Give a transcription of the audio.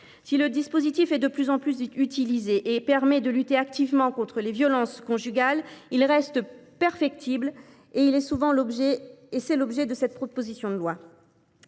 Si le dispositif est de plus en plus utilisé et permet de lutter activement contre les violences conjugales, il reste perfectible – c’est là toute la raison d’être de cette proposition de loi.